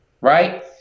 right